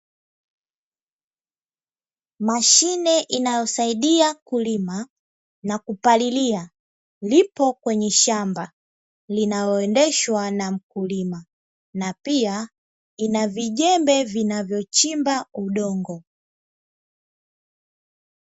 Mashine inayosaidia kulima na kupalilia, lipo kwenye shamba linaloendeshwa na mkulima na pia ina vijembe vinavyochimba udongo.